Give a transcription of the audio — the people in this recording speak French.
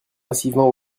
massivement